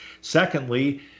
Secondly